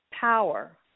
power